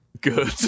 Good